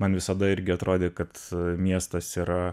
man visada irgi atrodė kad miestas yra